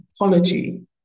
Apology